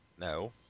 No